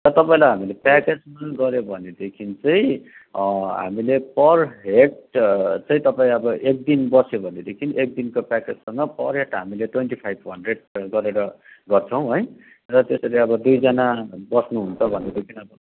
र तपाईँलाई हामीले प्याकेजमा गर्यो भनेदेखि चाहिँ हामीले पर हेड चाहिँ तपाईँ अब एक दिन बस्यो भनेदेखि एक दिनको प्याकेजसँग पर हेड हामीले ट्वेन्टी फाइभ हन्ड्रेड गरेर गर्छौँ है र त्यसरी अब दुइजना बस्नु हुन्छ भनेदेखि अब